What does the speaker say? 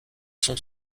sont